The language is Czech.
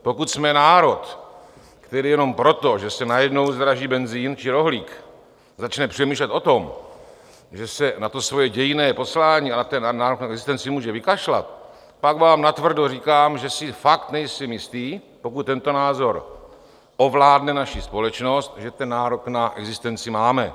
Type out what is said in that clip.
Pokud jsme národ, který jenom proto, že se najednou zdraží benzin či rohlík, začne přemýšlet o tom, že se na to svoje dějinné poslání a na ten nárok na existenci může vykašlat, pak vám natvrdo říkám, že si fakt nejsem jistý, pokud tento názor ovládne naši společnost, že ten nárok na existenci máme.